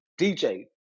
DJ